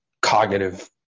cognitive